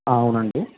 అవునండి